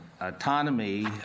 autonomy